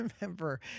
remember